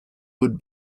would